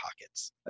pockets